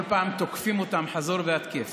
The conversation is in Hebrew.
כל פעם תוקפים אותם חזור והתקף.